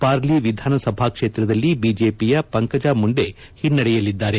Parly ವಿಧಾನಸಭಾ ಕ್ಷೇತ್ರದಲ್ಲಿ ಬಿಜೆಪಿಯ ಪಂಕಜಾ ಮುಂಡೆ ಹಿನ್ನಡೆಯಲಿದ್ದಾರೆ